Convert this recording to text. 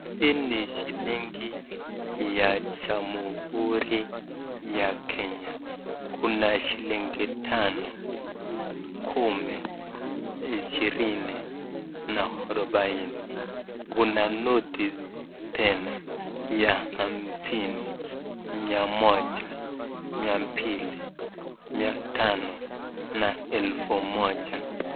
Hizi ni shilingi ya Jamhuri ya Kenya. Kuna shilingi tano, kumi, ishirini, na arubaini. Kuna noti tena ya hamsini, mia moja, mia mbili, mia tano, na elfu moja.